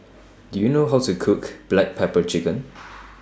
Do YOU know How to Cook Black Pepper Chicken